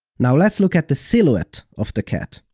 now let's look at the silhouette of the cat.